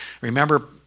Remember